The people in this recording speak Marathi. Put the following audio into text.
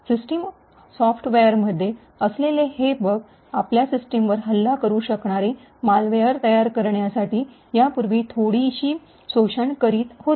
सिस्टम सॉफ्टवेयरमध्ये असलेले हे बग आपल्या सिस्टमवर हल्ला करू शकणारे मालवेयर तयार करण्यासाठी यापूर्वी थोडीशी शोषण करीत होते